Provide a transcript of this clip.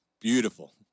beautiful